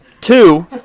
Two